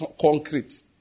concrete